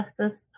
justice